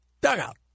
dugout